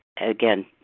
again